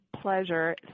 pleasure